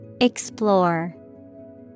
Explore